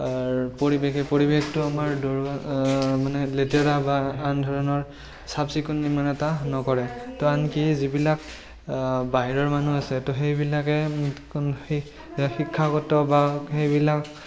পৰিৱেশ সেই পৰিৱেশটো আমাৰ মানে লেতেৰা বা আন ধৰণৰ চাফ চিকুণ ইমান এটা নকৰে তো আনকি যিবিলাক বাহিৰৰ মানুহ আছে তো সেইবিলাকে কোনো সেই শিক্ষাগত বা সেইবিলাক